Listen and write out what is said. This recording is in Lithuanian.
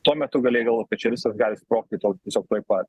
tuo metu galėjai galvot kad čia viskas gali sprogti to tiesiog tuoj pat